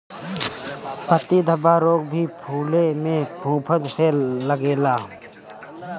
पत्ती धब्बा रोग भी फुले में फफूंद से लागेला